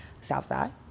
Southside